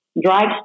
drives